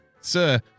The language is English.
Sir